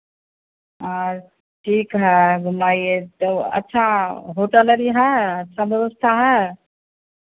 और ठीक है घुमाइये तो अच्छा होटल अभी है सब व्यवस्था है